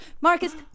Marcus